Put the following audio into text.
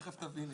תכף תביני למה.